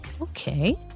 Okay